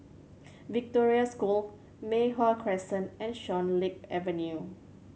Victoria School Mei Hwan Crescent and Swan Lake Avenue